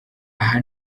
aha